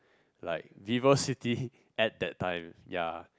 like Vivo-City at that time ya